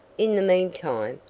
in the meantime,